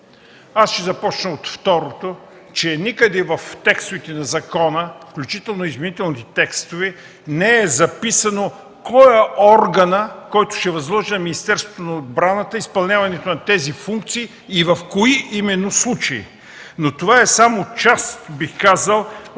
Аз ще започна от второто – че никъде в текстовете на закона, включително изменителните текстове, не е записано кой е органът, който ще възложи на Министерството на отбраната изпълняването на тези функции и в кои именно случаи. Но това е само част, бих казал, от